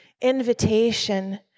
invitation